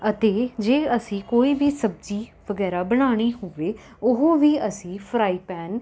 ਅਤੇ ਜੇ ਅਸੀਂ ਕੋਈ ਵੀ ਸਬਜ਼ੀ ਵਗੈਰਾ ਬਣਾਉਣੀ ਹੋਵੇ ਉਹ ਵੀ ਅਸੀਂ ਫਰਾਈ ਪੈਨ